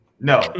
No